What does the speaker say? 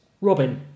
Robin